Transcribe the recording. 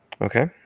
Okay